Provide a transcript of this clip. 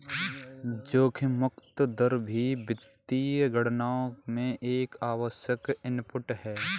जोखिम मुक्त दर भी वित्तीय गणनाओं में एक आवश्यक इनपुट है